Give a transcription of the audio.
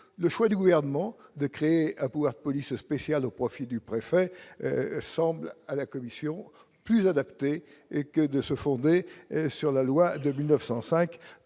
le choix du gouvernement de créer un pouvoir de police spéciale au profit du préfet ressemblent à la Commission plus adapté et que de se fonder sur la loi de 1905